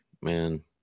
Man